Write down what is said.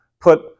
put